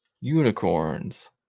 Unicorns